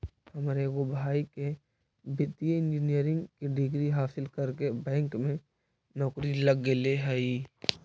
हमर एगो भाई के वित्तीय इंजीनियरिंग के डिग्री हासिल करके बैंक में नौकरी लग गेले हइ